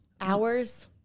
hours